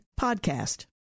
podcast